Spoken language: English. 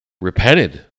repented